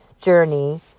journey